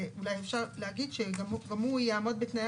אולי אפשר להגיד שגם הוא יעמוד בתנאי